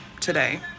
today